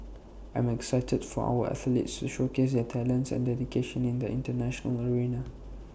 I am excited for our athletes to showcase their talents and dedication in the International arena